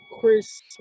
Chris